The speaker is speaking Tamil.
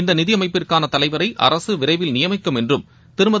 இந்த நிதி அமைப்பிற்கான தலைவரை அரசு விரைவில் நியமிக்கும் என்றும திருமதி